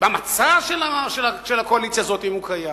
במצע של הקואליציה הזאת, אם הוא קיים.